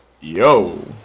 Yo